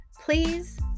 please